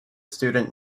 student